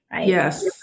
Yes